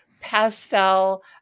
pastel